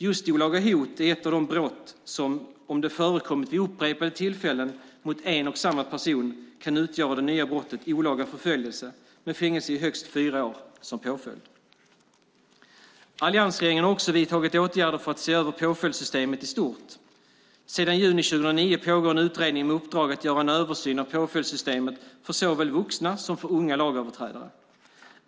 Just olaga hot är ett av de brott som om det förekommit vid upprepade tillfällen mot en och samma person kan utgöra det nya brottet olaga förföljelse med fängelse i högst fyra år som påföljd. Alliansregeringen har också vidtagit åtgärder för att se över påföljdssystemet i stort. Sedan juni 2009 pågår en utredning med uppdrag att göra en översyn av påföljdssystemet för såväl vuxna som unga lagöverträdare.